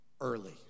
early